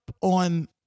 on